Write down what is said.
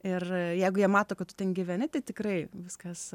ir jeigu jie mato kad tu ten gyveni tai tikrai viskas